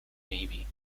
navy